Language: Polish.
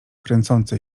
kręcące